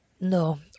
No